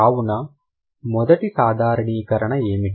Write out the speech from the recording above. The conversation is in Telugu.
కావున మొదటి సాధారణీకరణ ఏమిటి